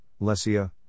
Lesia